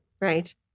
Right